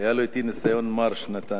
היה לו אתי ניסיון מר שנתיים.